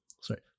sorry